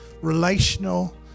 relational